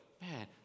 man